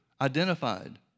identified